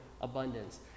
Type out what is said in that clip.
abundance